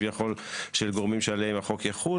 כביכול של גורמים שעליהם החוק יחול,